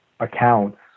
accounts